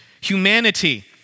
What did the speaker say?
humanity